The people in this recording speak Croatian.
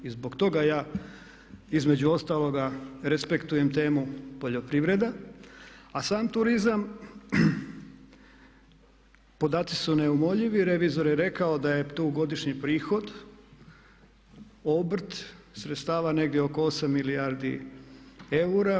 I zbog toga ja između ostaloga respektujem temu poljoprivreda, a sam turizam podaci su neumoljivi, revizor je rekao da je tu godišnji prihod obrt sredstava negdje oko 8 milijardi eura.